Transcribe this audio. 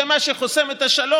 זה מה שחוסם את השלום.